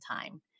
time